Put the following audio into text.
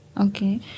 Okay